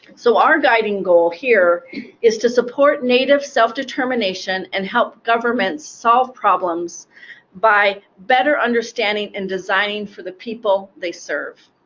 so our guiding goal here is to support native self-determination and help governments solve problems by better understanding and designing for the people they serve.